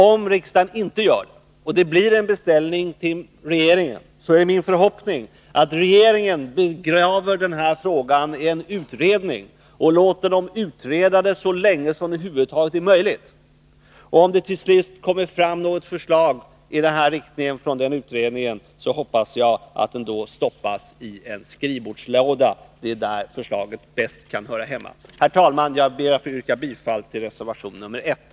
Om riksdagen inte gör det, och det blir en beställning till regeringen, så är min förhoppning att regeringen begraver den här frågan i en utredning och låter denna utreda frågan så länge som det över huvud taget är möjligt. Och om det till sist kommer ett förslag i den här riktningen från den utredningen, så hoppas jag att det stoppas i en skrivbordslåda. Det är där förslaget bäst kan höra hemma. Herr talman! Jag ber att få yrka bifall till reservation nr 1.